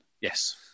yes